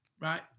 right